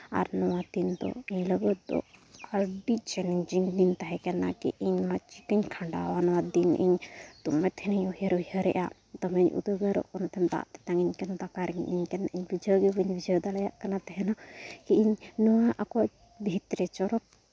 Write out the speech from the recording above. ᱟᱨ ᱱᱚᱣᱟ ᱠᱤᱱᱫᱚ ᱤᱧ ᱞᱟᱹᱜᱤᱫ ᱫᱚ ᱟᱹᱰᱤ ᱪᱮᱞᱮᱧᱡᱤᱝ ᱜᱮ ᱛᱟᱦᱮᱸ ᱠᱟᱱᱟ ᱠᱤ ᱤᱧ ᱚᱱᱟ ᱪᱤᱠᱟᱹᱧ ᱠᱷᱟᱸᱰᱟᱣᱟ ᱱᱚᱣᱟ ᱫᱤᱱ ᱤᱧ ᱫᱚᱢᱮ ᱛᱟᱦᱮᱱᱤᱧ ᱩᱭᱦᱟᱹᱨ ᱩᱭᱦᱟᱹᱨᱮᱫᱼᱟ ᱫᱚᱢᱮᱧ ᱩᱫᱽᱜᱟᱹᱨᱚᱜ ᱠᱟᱱ ᱛᱟᱦᱮᱫ ᱫᱟᱜ ᱛᱮᱛᱟᱝ ᱤᱧ ᱠᱟᱱ ᱫᱟᱠᱟ ᱨᱮᱸᱜᱮᱡ ᱤᱧ ᱠᱟᱱ ᱤᱧ ᱵᱩᱡᱷᱟᱹᱣ ᱜᱮ ᱵᱟᱹᱧ ᱵᱩᱡᱷᱟᱹᱣ ᱫᱟᱲᱮᱭᱟᱜ ᱠᱟᱱᱟ ᱛᱟᱦᱮᱱᱚᱜ ᱠᱤ ᱤᱧ ᱱᱚᱣᱟ ᱟᱠᱚᱣᱟᱜ ᱵᱷᱤᱛ ᱨᱮ ᱪᱚᱨᱚᱠ